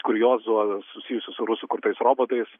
kuriozų susijusių su rusų kurtais robotais